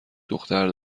دختر